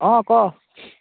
অঁ ক